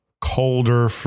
colder